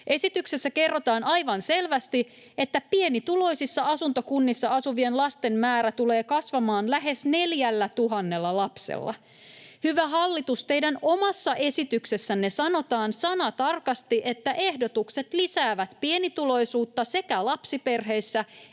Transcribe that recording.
Esityksessä kerrotaan aivan selvästi, että pienituloisissa asuntokunnissa asuvien lasten määrä tulee kasvamaan lähes 4 000 lapsella. Hyvä hallitus, teidän omassa esityksessänne sanotaan sanatarkasti, että ehdotukset lisäävät pienituloisuutta sekä lapsiperheissä